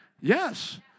Yes